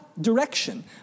direction